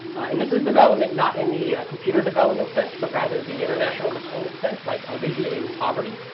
and this is development, not in the computer development sense, but rather the international development sense, like alleviating poverty.